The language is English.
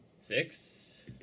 Six